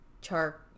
char